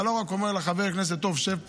אתה לא רק אומר לחבר כנסת: טוב, שב פה,